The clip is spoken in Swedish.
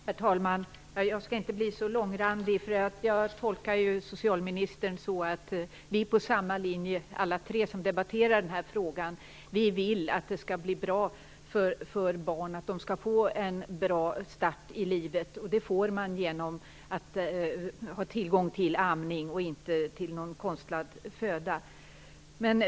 Herr talman! Jag skall inte bli långrandig. Jag tolkar socialministern så att vi är på samma linje alla tre som debatterar den här frågan. Vi vill att barn skall få en bra start i livet, och det får de genom att ha tillgång till amning och inte genom en konstlad föda.